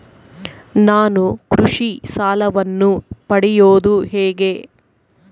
ನಾನು ಕೃಷಿ ಸಾಲವನ್ನು ಪಡೆಯೋದು ಹೇಗೆ?